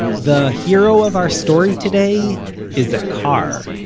the hero of our story today is, a car.